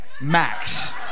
max